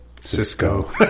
Cisco